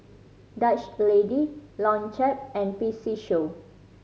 Dutch Lady Longchamp and P C Show